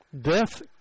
Death